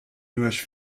nuages